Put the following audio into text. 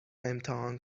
امتحان